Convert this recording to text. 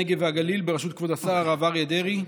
הנגב והגליל בראשות כבוד השר הרב אריה דרעי.